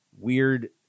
weird